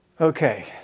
Okay